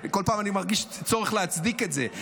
כל פעם אני מרגיש צורך להצדיק את זה,